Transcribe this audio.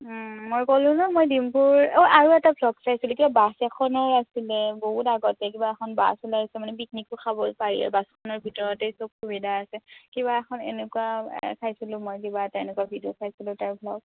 মই ক'লোঁ ন মই দিম্পুৰ অ' আৰু এটা ভ্ল'গ চাইছিলোঁ কিবা বাছ এখনৰ আছিল বহুত আগতে কিবা এখন বাছ ওলাইছে মানে পিকনিকো খাব পাৰি বাছখনৰ ভিতৰতেই চব সুবিধা আছে কিবা এখন এনেকুৱা চাইছিলোঁ মই কিবা তেনেকুৱা ভিডিঅ' চাইছিলোঁ তাৰ ভ্ল'গ